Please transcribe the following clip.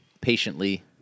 patiently